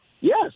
Yes